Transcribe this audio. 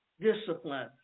discipline